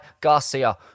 Garcia